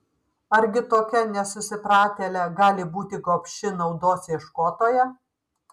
argi tokia nesusipratėlė gali būti gobši naudos ieškotoja